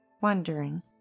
wondering